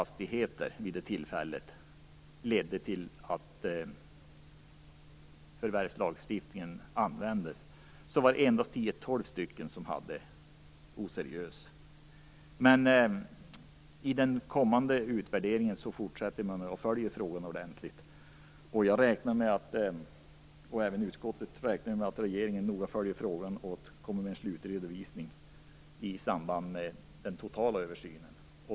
stycken förvärvslagstiftningen användes - utgjorde endast 10-12 stycken av oseriösa köp. Men i den kommande utvärderingen fortsätter man att följa frågan ordentligt. Jag och även utskottet räknar med att regeringen noga följer frågan och kommer med en slutredovisning i samband med den totala översynen.